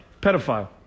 pedophile